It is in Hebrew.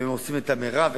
והם עושים את המרב וכדומה.